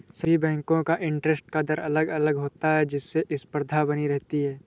सभी बेंको का इंटरेस्ट का दर अलग अलग होता है जिससे स्पर्धा बनी रहती है